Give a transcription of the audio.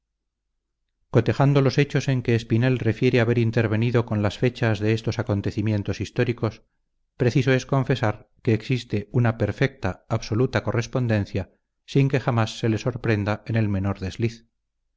cotejando los hechos en que espinel refiere haber intervenido con las fechas de estos acontecimientos históricos preciso es confesar que existe una perfecta absoluta correspondencia sin que jamás se le sorprenda en el menor desliz